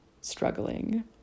struggling